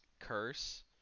Curse